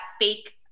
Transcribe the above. fake